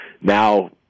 now